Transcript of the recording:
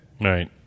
Right